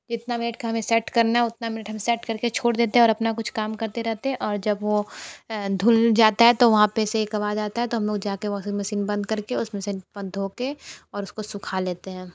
कितना मिनट का हमे सेट करना है उतना मिनट हम सेट छोड़ देते हैं और अपना कुछ काम करते रहते हैं और जब वो धुल जाता है तो वहाँ पे से एक आवाज आता है तो हम लोग जा के वाशिंग मशीन बंद कर के उसमें से अपन धोके और उसको सुखा लेते हैं